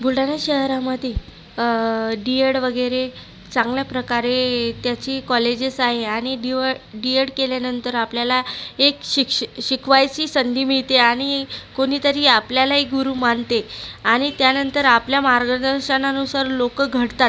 बुलढाणा शहरामध्ये D Ed वगैरे चांगल्या प्रकारे त्याची कॉलेजेस् आहे आणि डीवळ डी एड केल्यानंतर आपल्याला एक शिक्ष शिकवायची संधी मिळते आणि कोणीतरी आपल्यालाही गुरु मानते आणि त्यानंतर आपल्या मार्गदर्शनानुसार लोकं घडतात